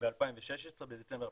בדצמבר 2016,